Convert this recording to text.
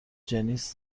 جنیس